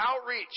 outreach